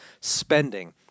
spending